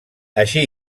així